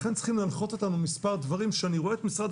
לכן צריכים להנחות אותנו מספר דברים ואני רואה שמשרד